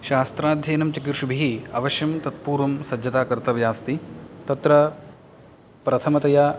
शास्त्राध्ययनं चिकीर्षुभिः अवश्यं तत्पूर्वं सज्जता कर्तव्या अस्ति तत्र प्रथमतया